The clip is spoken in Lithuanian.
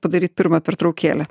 padaryt pirmą pertraukėlę